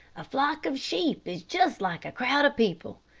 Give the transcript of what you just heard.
a flock of sheep is just like a crowd of people.